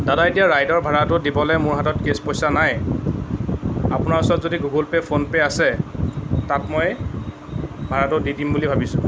দাদা এতিয়া ৰাইডৰ ভাড়াটো দিবলৈ মোৰ হাতত কেছ পইচা নাই আপোনাৰ ওচৰত যদি গুগলপে' ফোনপে' আছে তাত মই ভাড়াটো দি দিম বুলি ভাবিছোঁ